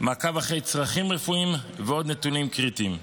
במעקב אחרי צרכים רפואיים ועוד נתונים קריטיים.